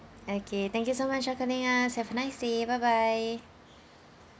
okay thank you so much for calling us have nice day bye bye